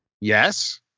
yes